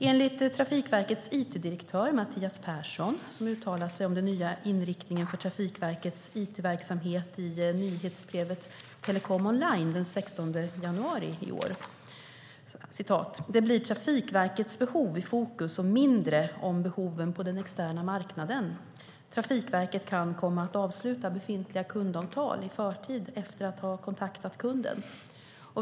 Enligt Trafikverkets it-direktör Mathias Persson, som uttalat sig om den nya inriktningen för Trafikverkets it-verksamhet i nyhetsbrevet Telekom Online den 16 januari 2013, blir det Trafikverkets behov i fokus och mindre om behoven på den externa marknaden. Trafikverket kan komma att avsluta befintliga kundavtal i förtid efter att ha kontaktat kunden.